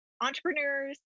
entrepreneurs